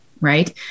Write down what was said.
Right